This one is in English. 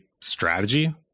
strategy